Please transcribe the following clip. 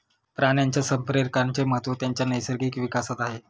प्राण्यांच्या संप्रेरकांचे महत्त्व त्यांच्या नैसर्गिक विकासात आहे